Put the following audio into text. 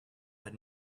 but